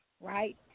right